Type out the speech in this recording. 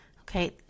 Okay